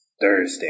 Thursday